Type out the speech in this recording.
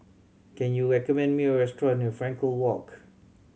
can you recommend me a restaurant near Frankel Walk